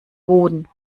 boden